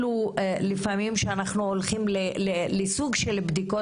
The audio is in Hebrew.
לפעמים כשאנחנו הולכים לסוג של בדיקות